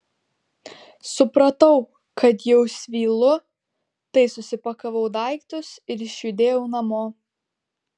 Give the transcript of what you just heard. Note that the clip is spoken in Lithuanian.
supratau kad jau svylu tai susipakavau daiktus ir išjudėjau namo